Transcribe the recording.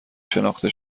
شناخته